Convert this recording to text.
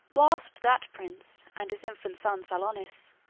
whilst that prince, and his infant son salonius,